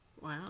Wow